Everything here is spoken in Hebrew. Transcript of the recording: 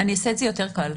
אני אעשה את זה יותר קל.